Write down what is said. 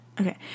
Okay